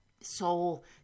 soul